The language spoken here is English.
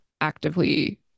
actively